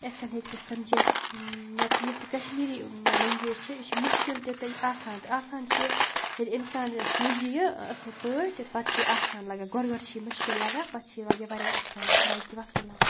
یِتھ کَنۍ ہیٚکہِ سُہ سمجِتھ نَتہٕ یُس یہِ کشمیٖری لٮ۪نٛگویج چھِ یہِ چھِ مُشکل تہِ تہٕ آسان تہِ آسان چھِ ییٚلہِ اِنسان ییٚلہِ سمجہِ یہِ اَصٕل پٲٹھۍ پَتہٕ چھِ یہِ آسان لَگان گۄڈٕ گۄڈٕ چھِ یہِ مُشکل لَگان پَتہٕ چھِ یہِ لگَہِ یہِ واریاہ آسان باقی وَسَلام